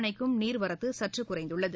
அணைக்கும் நீாவரத்துசற்றுகுறைந்துள்ளது